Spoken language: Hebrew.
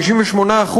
ל-98%,